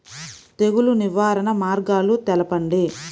తెగులు నివారణ మార్గాలు తెలపండి?